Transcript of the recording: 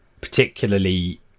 particularly